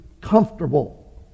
comfortable